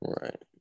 right